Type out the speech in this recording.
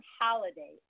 holiday